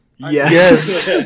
Yes